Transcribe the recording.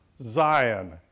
Zion